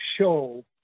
show